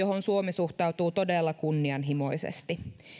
johon suomi suhtautuu todella kunnianhimoisesti